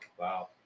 Wow